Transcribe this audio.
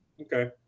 Okay